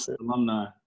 alumni